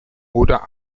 oder